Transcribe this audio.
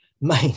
main